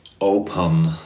open